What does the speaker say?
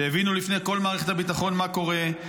שהבינו לפני כל מערכת הביטחון מה קורה,